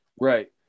Right